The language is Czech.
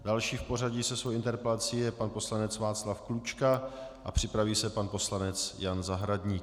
Další v pořadí se svou interpelací je pan poslanec Václav Klučka a připraví se pan poslanec Jan Zahradník.